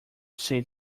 say